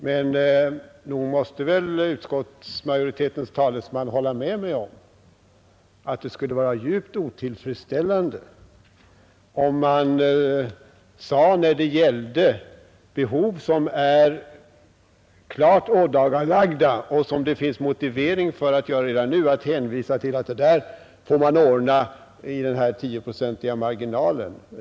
Men nog måste väl utskottsmajoritetens talesman hålla med mig om att det skulle vara djupt otillfredsställande om man, när det gäller behov som är klart ådagalagda och som det finns motivering för att tillgodose redan:nu, hänvisade till att det där får ordnas inom den 10-procentiga marginalen.